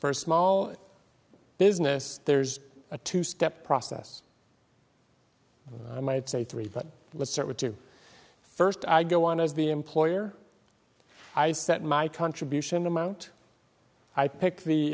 first small business there's a two step process i might say three but let's start with you first i go on as the employer i set my contribution amount i pick the